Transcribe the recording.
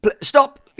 Stop